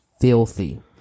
filthy